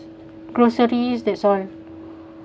groceries that's all